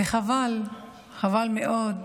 וחבל, חבל מאוד,